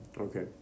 Okay